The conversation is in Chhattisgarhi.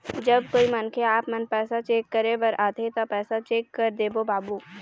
जब कोई मनखे आपमन पैसा चेक करे बर आथे ता पैसा चेक कर देबो बाबू?